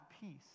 peace